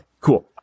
cool